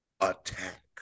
attack